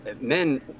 Men